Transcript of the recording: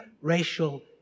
racial